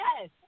Yes